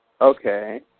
Okay